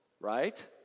right